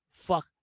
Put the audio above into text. Fuck